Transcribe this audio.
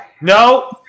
No